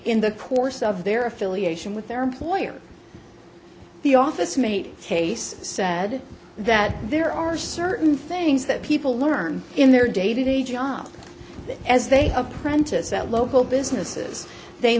in the course of their affiliation with their employer the office mate case said that there are certain things that people learn in their day to day job as they apprentice that local businesses they